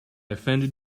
offended